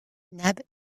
nab